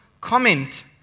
comment